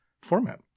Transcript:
format